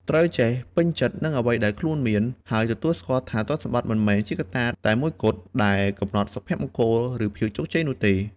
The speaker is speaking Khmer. ត្រូវចេះពេញចិត្តនឹងអ្វីដែលខ្លួនមាន ហើយទទួលស្គាល់ថាទ្រព្យសម្បត្តិមិនមែនជាកត្តាតែមួយគត់ដែលកំណត់សុភមង្គល ឬភាពជោគជ័យនោះទេ។